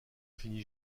finit